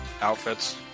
outfits